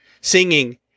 singing